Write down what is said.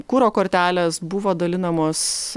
kuro kortelės buvo dalinamos